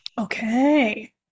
Okay